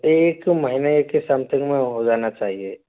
एक महीने के समथिंग में हो जाना चाहिए